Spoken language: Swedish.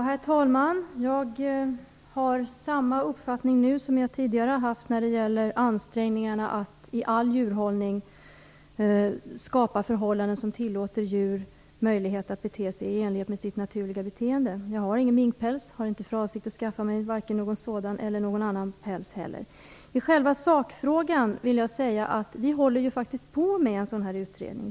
Herr talman! Jag har samma uppfattning nu som jag tidigare haft när det gäller ansträngningarna att i all djurhållning skapa förhållanden som tillåter djur möjlighet att utöva sitt naturliga beteende. Jag har ingen minkpäls och har inte för avsikt att skaffa mig vare sig någon sådan eller någon annan päls. I sakfrågan vill jag säga att vi faktiskt håller på med en sådan här utredning.